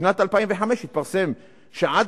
בשנת 2005 התפרסם שעד